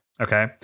okay